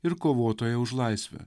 ir kovotoja už laisvę